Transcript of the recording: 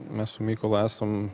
mes su mykolu esam